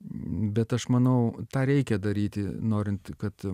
bet aš manau tą reikia daryti norint kad